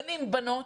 בנים ובנות.